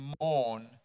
mourn